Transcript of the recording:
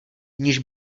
níž